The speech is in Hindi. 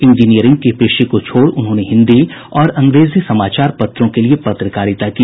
इंजीनियरिंग के पेशे को छोड़ उन्होंने हिन्दी और अंग्रेजी समाचार पत्रों के लिए पत्रकारिता की